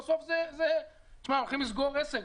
בסוף הולכים לסגור עסק.